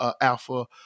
alpha